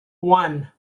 one